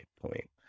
point